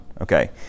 Okay